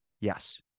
Yes